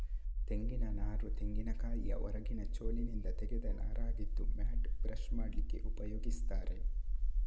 ತೆಂಗಿನ ನಾರು ತೆಂಗಿನಕಾಯಿಯ ಹೊರಗಿನ ಚೋಲಿನಿಂದ ತೆಗೆದ ನಾರಾಗಿದ್ದು ಮ್ಯಾಟ್, ಬ್ರಷ್ ಮಾಡ್ಲಿಕ್ಕೆ ಉಪಯೋಗಿಸ್ತಾರೆ